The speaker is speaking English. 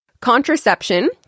Contraception